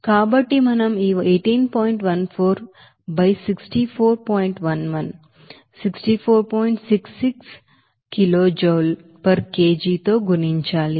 66 66 kilo joule per KG తో గుణించాలి